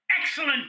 Excellent